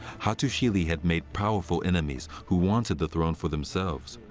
hattusili had made powerful enemies who wanted the throne for themselves.